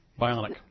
Bionic